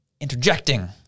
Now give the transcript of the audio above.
interjecting